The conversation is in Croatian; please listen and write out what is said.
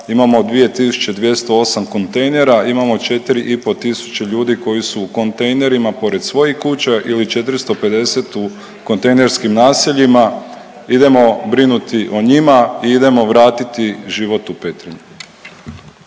imamo 2.208 kontejnera, imamo 4 i po tisuće ljudi koji su u kontejnerima pored svojih kuća ili 450 u kontejnerskim naseljima. Idemo brinuti o njima i idemo vratiti život u Petrinju.